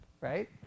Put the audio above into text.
right